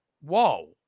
Whoa